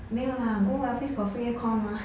没有啦 go office got free aircon mah